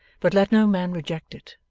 but let no man reject it,